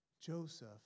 Joseph